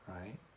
right